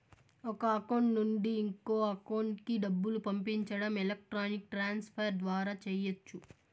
ఒక అకౌంట్ నుండి ఇంకో అకౌంట్ కి డబ్బులు పంపించడం ఎలక్ట్రానిక్ ట్రాన్స్ ఫర్ ద్వారా చెయ్యచ్చు